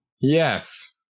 Yes